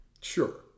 Sure